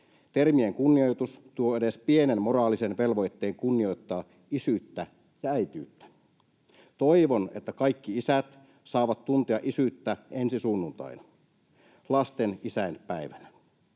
Termien kunnioitus tuo edes pienen moraalisen velvoitteen kunnioittaa isyyttä — ja äitiyttä. Toivon, että kaikki isät saavat tuntea isyyttä ensi sunnuntaina, lasten isänpäivänä,